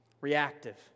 Reactive